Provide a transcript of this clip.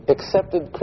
accepted